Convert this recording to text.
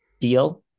deal